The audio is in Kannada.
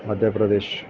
ಮಧ್ಯ ಪ್ರದೇಶ್